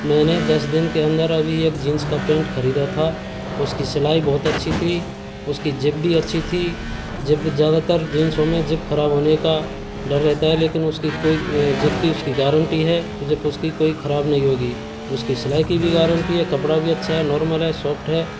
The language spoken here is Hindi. मैंने दस दिन के अंदर अभी एक जींस का पेंट खरीदा था उसकी सिलाई बहुत अच्छी थी उसकी ज़िप भी अच्छी थी ज़िप ज़्यादातर जींसों में ज़िप खराब होने का डर रहता है लेकिन उसकी कोई ज़िप की उसकी गारंटी है ज़िप उसकी कोई खराब नहीं होगी उसकी सिलाई की भी गारंटी है कपड़ा भी अच्छा है नॉर्मल है सॉफ्ट है